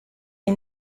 est